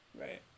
right